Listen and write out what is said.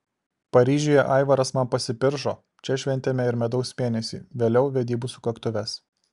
paryžiuje aivaras man pasipiršo čia šventėme ir medaus mėnesį vėliau vedybų sukaktuves